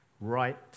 Right